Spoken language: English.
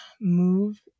move